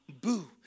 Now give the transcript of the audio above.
boo